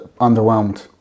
underwhelmed